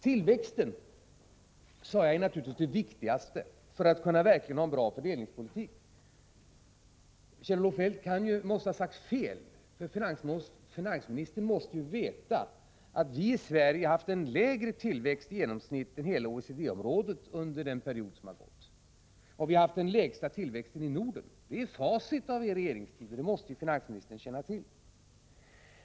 Tillväxten, sade jag, är naturligtvis det viktigaste för att man verkligen skall kunna föra en bra fördelningspolitik. Kjell-Olof Feldt måste ha sagt fel, eftersom finansministern ju måste veta att vi i Sverige har haft en lägre tillväxt i genomsnitt än hela OECD-området under den period som har gått, och vi har haft den lägsta tillväxten i Norden. Det är facit av er regeringstid, och det måste ju finansministern känna till.